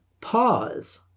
pause